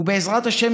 ובעזרת השם,